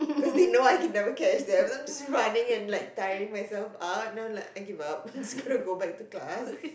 cause they know I can never catch them then I'm just running and like tiring myself out then I'm like I give out I'm just gonna go back to class